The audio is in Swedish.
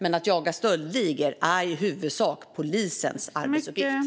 Men att jaga stöldligor är i huvudsak polisens arbetsuppgift.